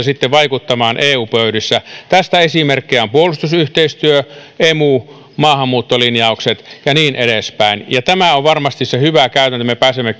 sitten vaikuttamaan eu pöydissä tästä esimerkkejä ovat puolustusyhteistyö emu maahanmuuttolinjaukset ja niin edespäin ja tämä on varmasti se hyvä käytäntö me pääsemme